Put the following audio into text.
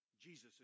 Jesus